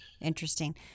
Interesting